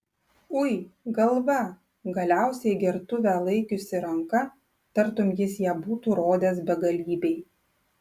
ui galva galiausiai gertuvę laikiusi ranka tartum jis ją būtų rodęs begalybei